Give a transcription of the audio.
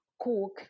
cook